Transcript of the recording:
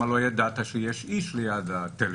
שם לא ידעת שיש איש ליד הטלפון.